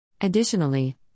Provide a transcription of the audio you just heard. Additionally